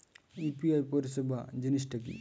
UPI পরিসেবা জিনিসটা কি?